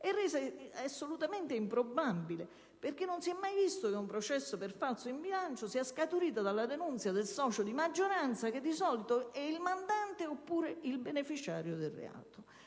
è resa assolutamente improbabile in quanto non si è mai visto che un processo per falso in bilancio sia scaturito dalla denunzia del socio di maggioranza, che di solito è il mandante oppure il beneficiario del reato;